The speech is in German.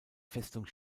festung